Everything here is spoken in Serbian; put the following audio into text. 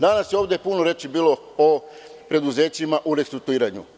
Danas je ovde puno reči bilo o preduzećima u restrukturiranju.